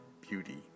beauty